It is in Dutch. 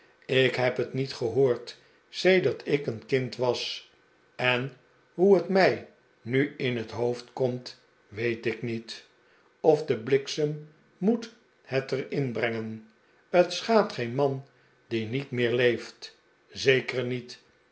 ik heb het niet gehoord sedert ik een kind was en hoe het mij nu in het hoofd komt weet ik niet of de bliksem moet het er in brengen t sehaadt geen man die niet meer leeft zeker niet